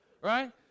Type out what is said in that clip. right